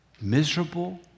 miserable